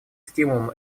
стимулом